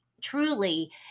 truly